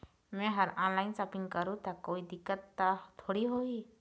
मैं हर online shopping करू ता कोई दिक्कत त थोड़ी होही?